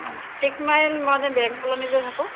six mile মই bank কলনিতে থাকোঁ